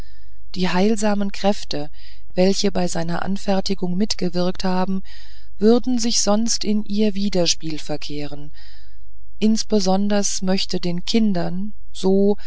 die heilsamen kräfte welche bei seiner anfertigung mitgewirkt haben würden sich sonst in ihr widerspiel verkehren insonders möchte den kindern so